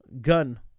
gun